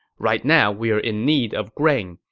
right now we are in need of grain.